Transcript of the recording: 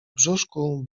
brzuszku